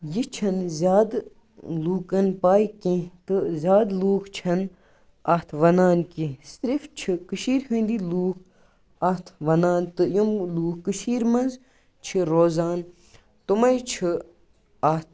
یہِ چھِنہٕ زیادٕ لوٗکَن پاے کیٚنٛہہ تہٕ زیادٕ لٗوکھ چھِنہٕ اَتھ وَنان کیٚنٛہہ صرف چھِ کٔشیٖرِ ہِندی لوٗکھ اَتھ وَنان تہٕ یِم لوٗکھ کٔشیٖرِ مَنٛز چھِ روزان تِمے چھِ اَتھ